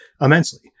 immensely